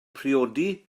priodi